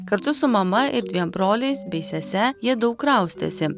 kartu su mama ir dviem broliais bei sese jie daug kraustėsi